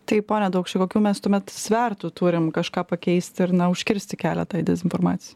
taip pone daukšy kokių mestumėt svertų turim kažką pakeisti ir na užkirsti kelią tai dezinformacijai